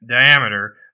Diameter